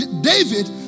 David